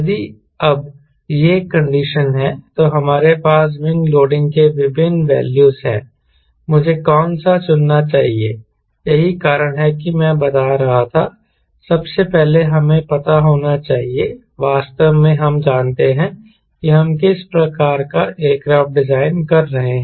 यदि अब यह कंडीशन है तो हमारे पास विंग लोडिंग के विभिन्न वैल्यूज़ हैं मुझे कौनसा चुनना चाहिए यही कारण है कि मैं बता रहा था सबसे पहले हमें पता होना चाहिए वास्तव में हम जानते हैं कि हम किस प्रकार का एयरक्राफ्ट डिजाइन कर रहे हैं